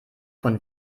von